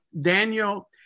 Daniel